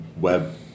Web